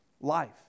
life